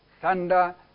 thunder